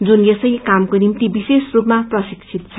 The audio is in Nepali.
जो यसै कामको निमित विशेष रूपमा प्रशिक्षित छन्